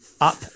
Up